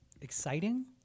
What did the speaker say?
exciting